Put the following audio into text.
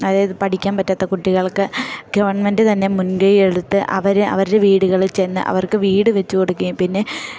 അതായത് പഠിക്കാൻ പറ്റാത്ത കുട്ടികൾക്ക് ഗവൺമെൻറ്റ് തന്നെ മുൻ കൈ എടുത്ത് അവര് അവരുടെ വീടുകളിൽ ചെന്ന് അവർക്ക് വീട് വെച്ച് കൊടുക്കുകയും പിന്നെ